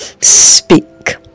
speak